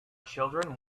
children